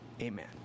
Amen